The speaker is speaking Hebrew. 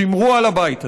שמרו על הבית הזה.